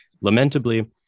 lamentably